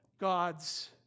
god's